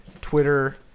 Twitter